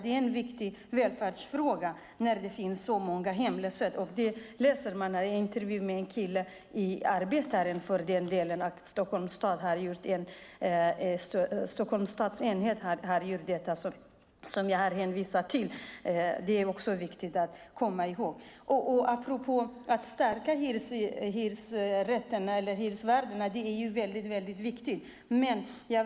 Det är en viktig välfärdsfråga när det finns så många hemlösa. Man kan läsa en intervju om det med en kille i tidningen Arbetaren. Stockholms stad har gjort den mätning som jag har hänvisat till. Det är också viktigt att komma ihåg. Det är väldigt viktigt att stärka hyresrätten och hyresvärdarna.